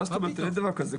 אין דבר כזה,